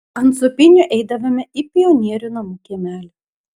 ant sūpynių eidavome į pionierių namų kiemelį